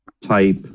type